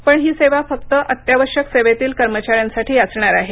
पण ही सेवा फक्त अत्यावश्यक सेवेतिल कर्मचाऱ्यांसाठी असणार आहे